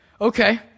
Okay